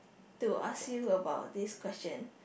to ask you about this question